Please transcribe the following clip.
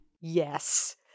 Yes